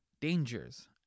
dangers